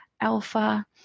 Alpha